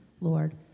Lord